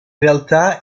realtà